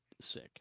sick